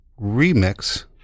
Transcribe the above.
remix